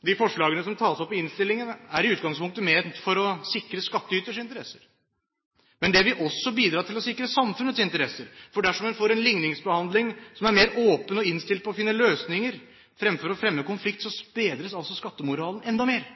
De forslagene som tas opp i innstillingen, er i utgangspunktet ment å skulle sikre skattyters interesser. Men det vil også bidra til å sikre samfunnets interesser, for dersom en får en ligningsbehandling som er mer åpen og innstilt på å finne løsninger fremfor å fremme konflikt, bedres skattemoralen enda mer.